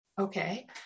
Okay